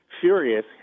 furious